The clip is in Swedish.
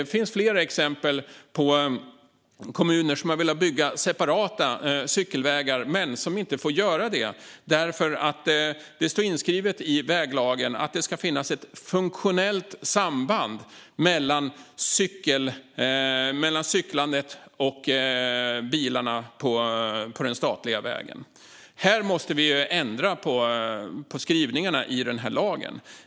Det finns flera exempel på kommuner som har velat bygga separata cykelvägar men som inte får göra det därför att det står inskrivet i väglagen att det ska finnas ett funktionellt samband mellan cyklandet och bilarna på den statliga vägen. Vi måste ändra på skrivningarna i denna lag.